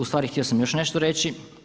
U stvari htio sam još nešto reći.